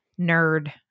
nerd